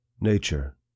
Nature